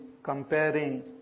comparing